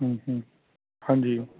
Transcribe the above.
ਹਾਂਜੀ